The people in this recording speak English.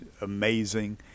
amazing